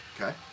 Okay